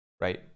right